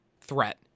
threat